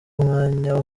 umwanya